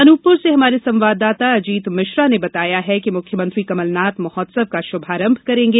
अनूपपुर से हमारे संवाददाता अजीत मिश्रा ने बताया है कि मुख्यमंत्री कमलनाथ महोत्सव का श्भारंभ करेंगे